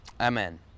Amen